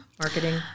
marketing